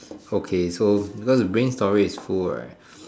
okay so because the brain story is full right